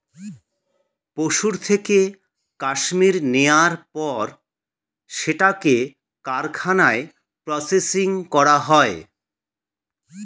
পশুর থেকে কাশ্মীর নেয়ার পর সেটাকে কারখানায় প্রসেসিং করা হয়